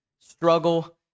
struggle